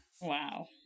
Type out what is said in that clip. Wow